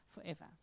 forever